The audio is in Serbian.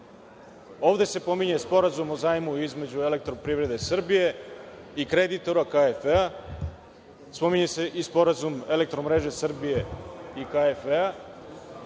Ovde se pominje Sporazum o zajmu između „Elektroprivrede Srbije“ i kreditora KfW. Spominje se i Sporazum „Elektromreže Srbije“ i KfW.